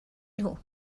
nhw